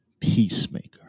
Peacemaker